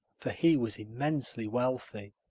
for he was immensely wealthy.